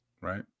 Right